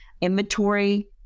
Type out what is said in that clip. inventory